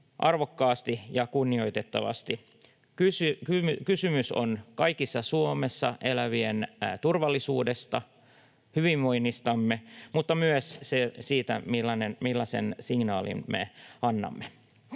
arvokkaasti ja kunnioittavasti. Kysymys on kaikkien Suomessa elävien turvallisuudesta, hyvinvoinnistamme, mutta myös siitä, millaisen signaalin me annamme.